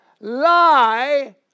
Lie